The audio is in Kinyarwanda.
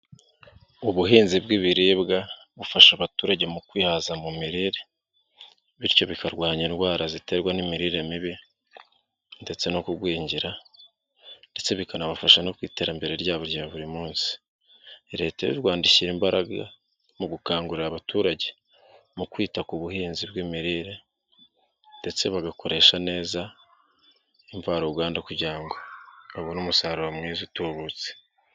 Ubuhinzi bw'ibiribwa bufasha abaturage mu kwihaza mu mirire bityo bikarwanya indwara ziterwa n'imirire mibi ndetse no kugwinngera ndetse bikanabafasha no ku iterambere ryabo rya buri munsi. Leta y'u Rwanda ishyira imbaraga mu gukangurira abaturage mu kwita ku buhinzi bw'imirire ndetse bagakoresha neza imvaruganda kugira ngo babone umusaruro mwiza utubutse.